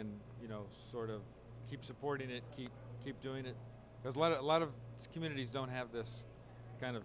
and you know sort of keep supporting it keep keep doing it as a lot of a lot of communities don't have this kind of